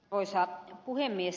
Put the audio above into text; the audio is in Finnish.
arvoisa puhemies